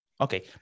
Okay